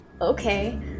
Okay